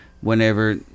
whenever –